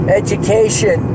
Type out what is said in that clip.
education